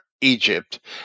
Egypt